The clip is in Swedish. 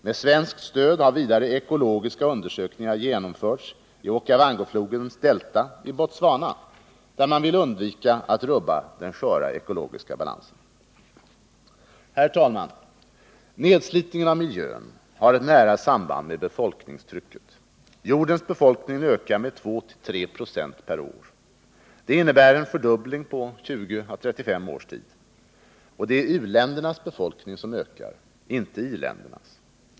Med svenskt stöd har vidare ekologiska undersökningar genomförts i Okawangoflodens delta i Botswana, där man vill undvika att rubba den sköra ekologiska balansen. Herr talman! Nedslitningen av miljön har ett nära samband med befolkningstrycket. Jordens befolkning ökar med 2-3 96 per år. Det innebär en fördubbling på 20-35 år. Och det är u-ländernas befolkning som ökar, inte i-ländernas.